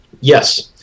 Yes